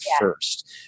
first